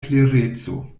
klereco